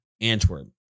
Antwerp